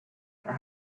for